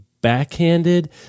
backhanded